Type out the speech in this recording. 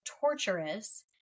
torturous